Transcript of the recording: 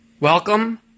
Welcome